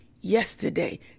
yesterday